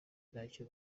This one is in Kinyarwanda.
ntacyo